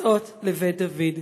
כסאות לבית דוד.